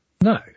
No